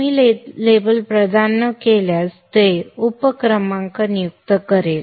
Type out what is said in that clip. तुम्ही लेबल प्रदान न केल्यास ते उप क्रमांक नियुक्त करेल